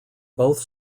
both